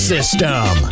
System